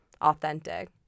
authentic